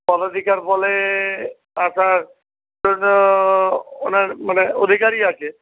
জন অধিকার বলে আসার জন্য ওনার মানে অধিকারই আছে